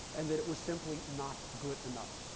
and that it was simply not good enough.